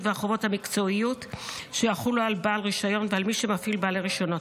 והחובות המקצועיות שיחולו על בעל רישיון ועל מי שמפעיל בעלי רישיונות.